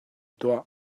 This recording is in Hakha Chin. tuah